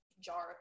jar